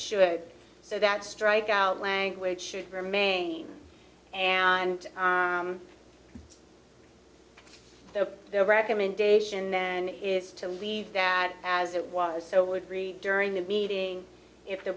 should so that strike out language should remain and so the recommendation then is to leave that as it was so we agree during the meeting if the